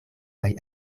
kaj